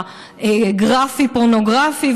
הגרפי-פורנוגרפי,